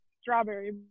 strawberry